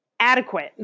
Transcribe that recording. Adequate